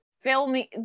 filming